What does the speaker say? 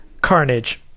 Carnage